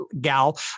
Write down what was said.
gal